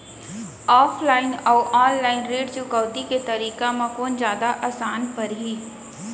Offline अऊ online ऋण चुकौती के तरीका म कोन जादा आसान परही?